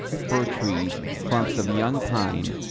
fir trees, clumps of young pine,